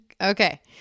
Okay